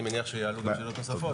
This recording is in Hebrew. אני מניח שיעלו שאלות נוספות.